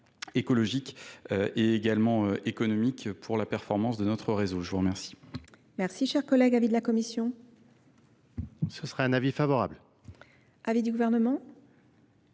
écologique et également économique pour la performance de notre réseau. Je vous remercie,